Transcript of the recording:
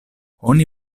oni